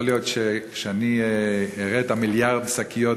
יכול להיות שכשאני אראה את מיליארד השקיות,